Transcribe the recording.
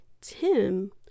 Tim